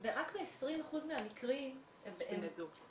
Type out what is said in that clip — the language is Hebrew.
רק ב-20% מהמקרים יש בני זוג.